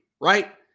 right